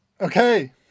Okay